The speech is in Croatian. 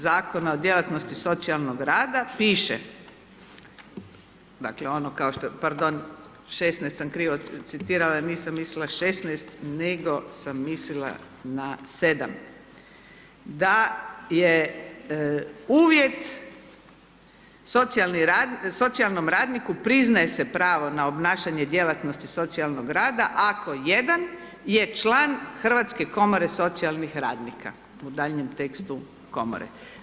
Zakona o djelatnosti socijalnog rada piše, dakle, ono kao što, pardon, 16 sam krivo citirala jer nisam mislila 16, nego sam mislila na 7, da je uvjet socijalnom radniku priznaje se pravo na obnašanje djelatnosti socijalnog rada ako jedan je član Hrvatske komore socijalnih radnika, u daljnjem tekstu Komore.